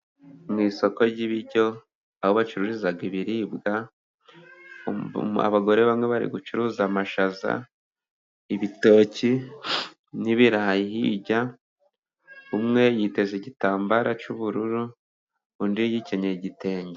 Mu isoko ry'ibiryo, aho bacururiza ibiribwa, abagore bamwe bari gucuruza amashaza, ibitoki, n'ibirayi hirya, umwe yiteze igitambaro cy'ubururu undi yicyenyeje igitenge.